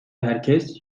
herkes